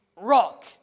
rock